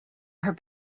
her